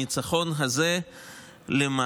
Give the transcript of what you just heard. הניצחון הזה למעשה